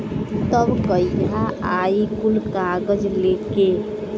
तब कहिया आई कुल कागज़ लेके?